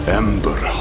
ember